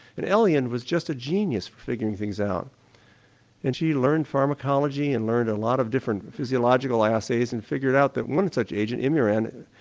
and elion was just a genius for figuring things out and she learned pharmacology and learned a lot of different physiological assays and figured out that one such agent, imuran,